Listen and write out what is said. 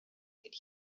could